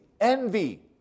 envy